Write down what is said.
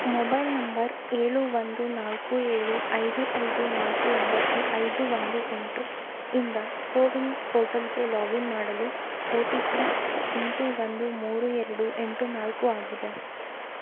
mobile number ಏಳು ಒಂದು ನಾಲ್ಕು ಏಳು ಐದು ಐದು ನಾಲ್ಕು ಒಂಬತ್ತು ಐದು ಒಂದು ಎಂಟು ಇಂದ ಕೋವಿನ್ ಪೋರ್ಟಲ್ಗೆ ಲಾಗಿನ್ ಮಾಡಲು ಒ ಟಿ ಪಿ ಎಂಟು ಒಂದು ಮೂರು ಎರಡು ಎಂಟು ನಾಲ್ಕು ಆಗಿದೆ